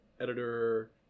editor